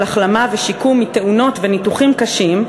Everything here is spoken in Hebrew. החלמה ושיקום מתאונות וניתוחים קשים,